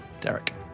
Derek